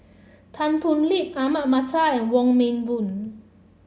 Tan Thoon Lip Ahmad Mattar and Wong Meng Voon